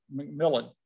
McMillan